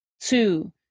Two